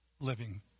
living